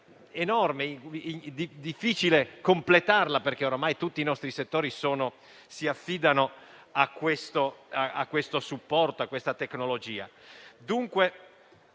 difficile da completare, perché oramai tutti i nostri settori si affidano a questo supporto, a questa tecnologia.